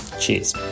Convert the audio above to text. Cheers